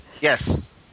Yes